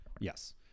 yes